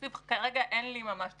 כרגע אין לי ממש תקציב.